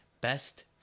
best